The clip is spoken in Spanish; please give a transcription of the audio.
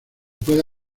puede